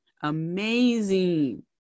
amazing